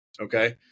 okay